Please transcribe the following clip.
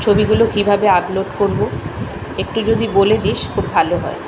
ছবিগুলো কীভাবে আপলোড করব একটু যদি বলে দিস খুব ভালো হয়